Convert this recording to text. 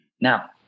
Now